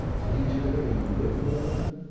did you tell her you would burn them?